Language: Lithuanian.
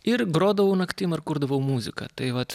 ir grodavau naktim ir kurdavau muziką tai vat